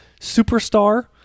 superstar